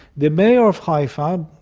the mayor of haifa,